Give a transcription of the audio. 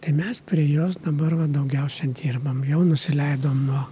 tai mes prie jos dabar va daugiausiai dirbam jau nusileidom nuo